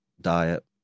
diet